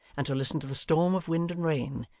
and to listen to the storm of wind and rain,